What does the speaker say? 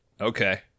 Okay